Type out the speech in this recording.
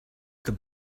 the